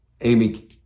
Amy